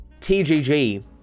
TGG